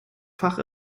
fach